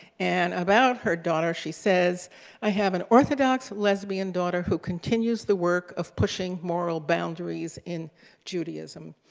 and about her daughter, she says i have an orthodox lesbian daughter who continues the work of pushing moral boundaries in judaism.